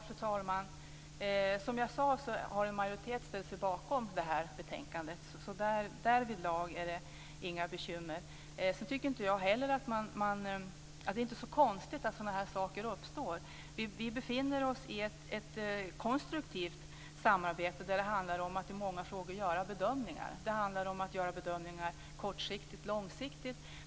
Fru talman! Som jag sade har en majoritet ställt sig bakom det här betänkandet. Därvidlag är det inga bekymmer. Det är inte så konstigt att sådana här saker uppstår. Vi befinner oss i ett konstruktivt samarbete där det handlar om att i många frågor göra bedömningar. Det handlar om att göra bedömningar kortsiktigt och långsiktigt.